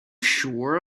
sure